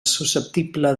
susceptible